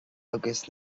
agus